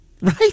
Right